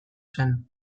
zen